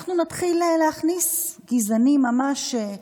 אנחנו נתחיל להכניס גזענים ממש,